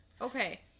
Okay